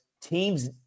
teams